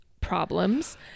problems